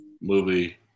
movie